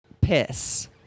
Piss